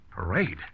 Parade